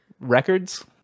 records